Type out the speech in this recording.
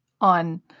on